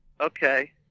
Okay